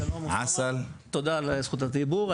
שלום לכולם, תודה על זכות הדיבור.